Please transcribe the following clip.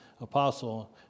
apostle